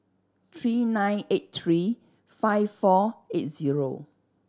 three nine eight three five four eight zero